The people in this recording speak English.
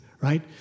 right